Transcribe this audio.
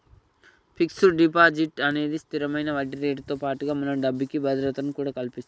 fixed deposit అనేది స్తిరమైన వడ్డీరేటుతో పాటుగా మన డబ్బుకి భద్రతను కూడా కల్పిత్తది